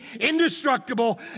indestructible